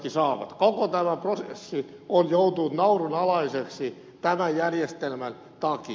koko tämä prosessi on joutunut naurunalaiseksi tämän järjestelmän takia